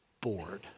bored